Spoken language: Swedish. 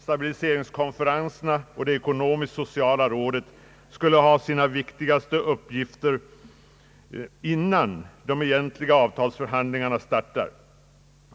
Stabiliseringskonferenserna och = det cekonomisk-sociala rådet skulle ha sina viktigaste uppgifter innan de egentliga avtalsförhandlingarna startar.